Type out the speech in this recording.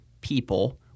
people